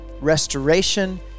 restoration